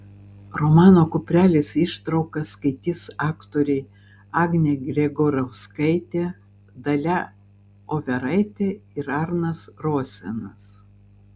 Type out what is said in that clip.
romano kuprelis ištrauką skaitys aktoriai agnė gregorauskaitė dalia overaitė ir arnas rosenas